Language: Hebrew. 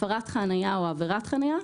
"הפרת חניה" או "עבירת חניה"